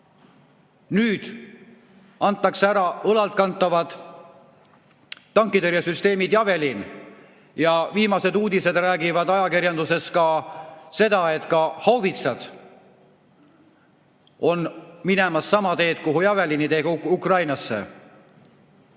Nüüd antakse ära õlalkantavad tankitõrjesüsteemid Javelin. Viimased uudised räägivad ajakirjanduses sellest, et ka haubitsad on minemas sama teed, kuhu Javelinid, ehk Ukrainasse.